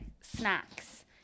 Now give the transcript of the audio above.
snacks